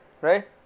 right